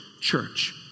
church